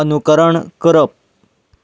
अनुकरण करप